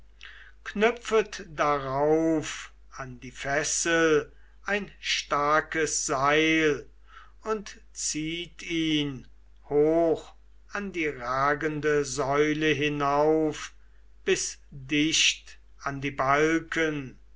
knüpfet darauf an die fessel ein starkes seil und zieht ihn hoch an die ragende säule hinauf bis dicht an die balken